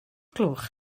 gloch